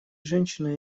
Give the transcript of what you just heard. женщина